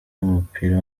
w’umupira